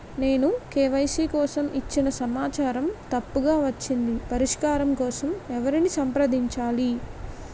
నేను కే.వై.సీ కోసం ఇచ్చిన సమాచారం తప్పుగా వచ్చింది పరిష్కారం కోసం ఎవరిని సంప్రదించాలి?